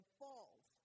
falls